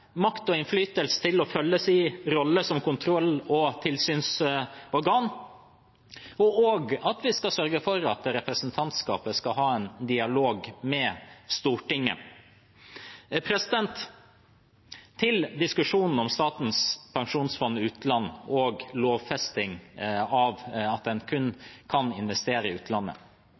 makt og innflytelse til å følge sin rolle som kontroll- og tilsynsorgan – og at vi skal sørge for at representantskapet skal ha en dialog med Stortinget. Til diskusjonen om Statens pensjonsfond utland og lovfesting av at en kun kan investere i utlandet: